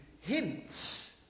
hints